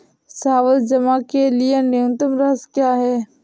सावधि जमा के लिए न्यूनतम राशि क्या है?